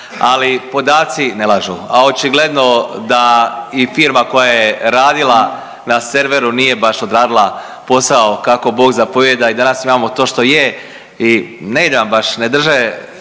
ali podaci ne lažu a očigledno da i firma koja je radila na serveru nije baš odradila posao kako bog zapovijeda i danas imamo to što je i ne ide nam baš, ne drže